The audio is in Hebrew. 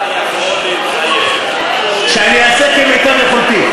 אתה יכול להתחייב, שאני אעשה כמיטב יכולתי.